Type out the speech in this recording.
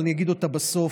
אבל אני אגיד אותה בסוף,